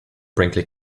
brinkley